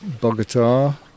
Bogota